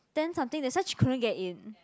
ten something that's why she couldn't get in